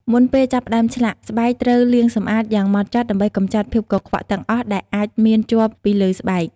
មុនពេលចាប់ផ្តើមឆ្លាក់ ស្បែកត្រូវលាងសម្អាតយ៉ាងហ្មត់ចត់ដើម្បីកម្ចាត់ភាពកខ្វក់ទាំងអស់ដែលអាចមានជាប់ពីលើស្បែក។